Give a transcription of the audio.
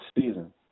season